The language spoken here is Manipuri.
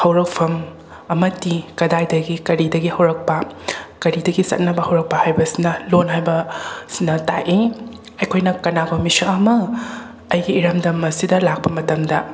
ꯍꯧꯔꯛꯐꯝ ꯑꯃꯗꯤ ꯀꯗꯥꯏꯗꯒꯤ ꯀꯔꯤꯗꯒꯤ ꯍꯧꯔꯛꯄ ꯀꯔꯤꯗꯒꯤ ꯆꯠꯅꯕ ꯍꯧꯔꯛꯄ ꯍꯥꯏꯕꯁꯤꯅ ꯂꯣꯟ ꯍꯥꯏꯕꯁꯤꯅ ꯇꯥꯛꯏ ꯑꯩꯈꯣꯏꯅ ꯀꯅꯥꯒꯨꯝꯕ ꯃꯤꯁꯛ ꯑꯃ ꯑꯩꯒꯤ ꯏꯔꯝꯗꯝ ꯑꯁꯤꯗ ꯂꯥꯛꯄ ꯃꯇꯝꯗ